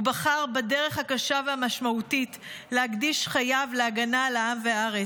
הוא בחר בדרך הקשה והמשמעותית להקדיש חייו להגנה על העם והארץ.